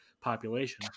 population